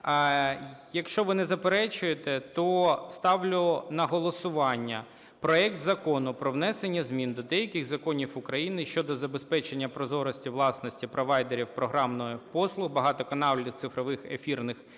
Якщо ви не заперечуєте, то ставлю на голосування проект Закону про внесення змін до деяких законів України щодо забезпечення прозорості власності провайдерів програмних послуг багатоканальних цифрових ефірних телемереж